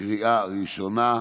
בקריאה ראשונה.